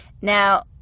Now